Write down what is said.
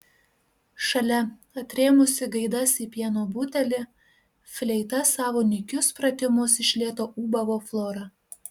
šalia atrėmusi gaidas į pieno butelį fleita savo nykius pratimus iš lėto ūbavo flora